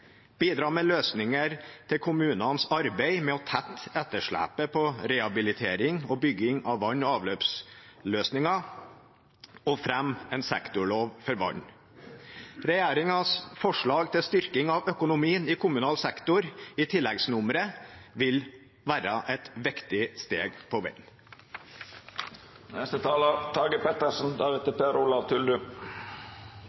bidra med løsninger til kommunenes arbeid med å tette etterslepet på rehabilitering og bygging av vann- og avløpsløsninger, og fremme en sektorlov for vann. Regjeringens forslag til styrking av økonomien i kommunal sektor i tilleggsnummeret vil være et viktig steg på